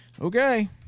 Okay